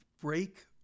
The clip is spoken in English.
break